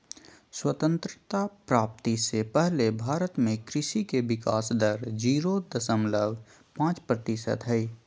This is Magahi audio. स्वतंत्रता प्राप्ति से पहले भारत में कृषि के विकाश दर जीरो दशमलव पांच प्रतिशत हई